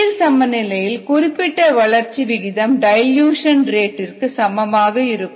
சீர் சமநிலையில் குறிப்பிட்ட வளர்ச்சி விகிதம் டைல்யூஷன் ரேட் ற்கு சமமாக இருக்கும்